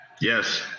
Yes